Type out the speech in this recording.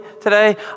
today